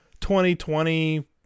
2020